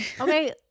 okay